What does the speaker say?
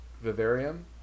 vivarium